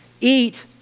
eat